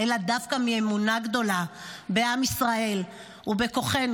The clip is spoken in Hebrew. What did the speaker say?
אלא דווקא מאמונה גדולה בעם ישראל ובכוחנו